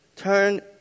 Turn